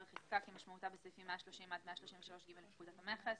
"ערך העסקה" כמשמעותה בסעיפים 130 עד 133ג לפקודת המכס,